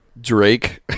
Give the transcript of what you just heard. Drake